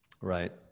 Right